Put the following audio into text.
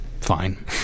fine